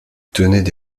tenaient